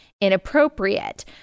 inappropriate